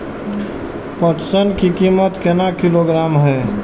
पटसन की कीमत केना किलोग्राम हय?